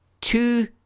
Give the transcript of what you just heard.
Two